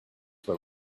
were